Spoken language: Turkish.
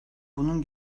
bunun